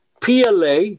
PLA